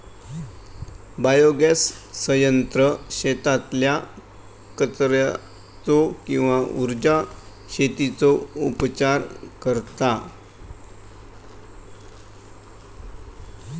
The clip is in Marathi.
बायोगॅस संयंत्र शेतातल्या कचर्याचो किंवा उर्जा शेतीचो उपचार करता